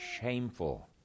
shameful